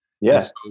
yes